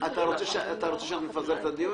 אתה רוצה שנפזר את הדיון?